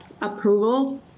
approval